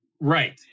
Right